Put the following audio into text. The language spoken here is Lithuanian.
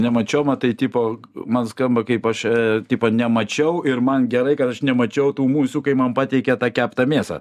nemačioma tai tipo man skamba kaip aš tipo nemačiau ir man gerai kad aš nemačiau tų musių kai man pateikė tą keptą mėsą